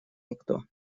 никто